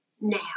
now